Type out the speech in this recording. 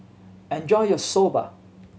enjoy your Soba